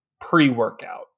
pre-workout